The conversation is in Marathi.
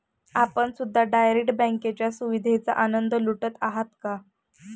आपण सुद्धा डायरेक्ट बँकेच्या सुविधेचा आनंद लुटत आहात का?